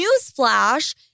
Newsflash